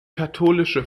katholische